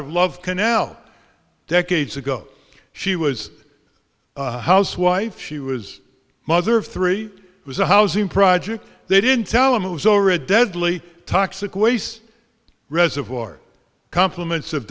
of love canal decades ago she was a housewife she was a mother of three was a housing project they didn't tell him it was already dead li toxic waste reservoir compliments of